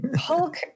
Hulk